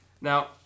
Now